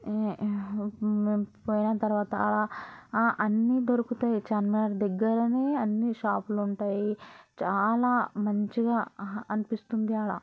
పోయిన తర్వాత ఆడ అన్ని దొరుకుతాయి చానా దగ్గరనే అన్ని షాపులు ఉంటాయి చాలా మంచిగా అనిపిస్తుంది అక్కడ